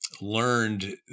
learned